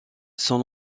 son